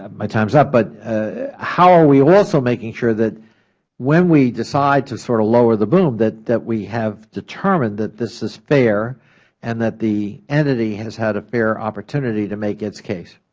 um my time is up, but ah how are we also making sure that when we decide to sort of lower the boom that that we have determined that this is fair and that the entity has had a fair opportunity to make its case?